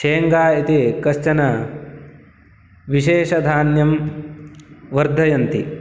शेङ्गा इति कश्चन विशेषधान्यं वर्धयन्ति